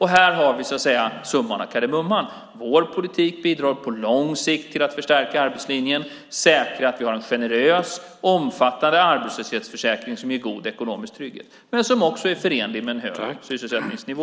Här har vi summan av kardemumman: Vår politik bidrar på lång sikt till att förstärka arbetslinjen och säkra att vi har en generös, omfattande arbetslöshetsförsäkring som ger god ekonomisk trygghet och som också är förenlig med en hög sysselsättningsnivå.